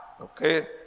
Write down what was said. Okay